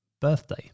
birthday